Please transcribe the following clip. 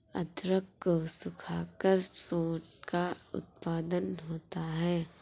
अदरक को सुखाकर सोंठ का उत्पादन होता है